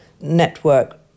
network